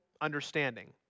understanding